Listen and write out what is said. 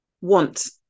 want